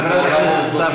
לא הבנתי את השאלה,